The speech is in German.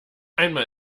einmal